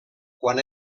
quan